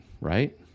right